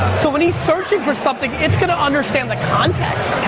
so when he's searching for something, it's gonna understand the context.